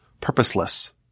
purposeless